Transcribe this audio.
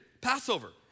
Passover